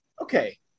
Okay